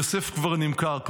יוסף כבר נמכר.